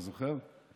אתה זוכר?